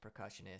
percussionist